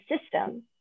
system